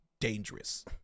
dangerous